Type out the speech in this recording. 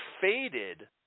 faded